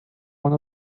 one